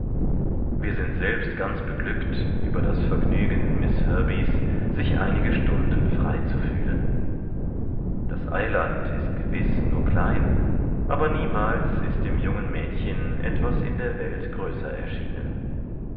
wir sind selbst ganz beglückt über das vergnügen miß herbey's sich einige stunden frei zu fühlen das eiland ist gewiß nur klein aber niemals ist dem jungen mädchen etwas in der welt größer erschienen